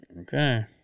Okay